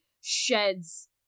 sheds